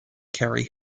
kerry